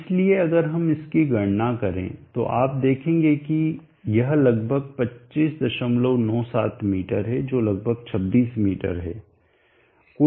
इसलिए अगर हम इसकी गणना करें तो आप देखेंगे कि यह लगभग 2597 मीटर है जो लगभग 26 मीटर है